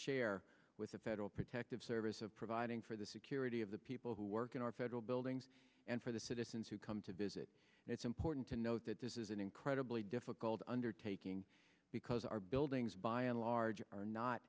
share with the federal protective service of providing for the security of the people who work in our federal buildings and for the citizens who come to visit and it's important to note that this is an incredibly difficult undertaking because our buildings by and large are not